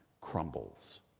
crumbles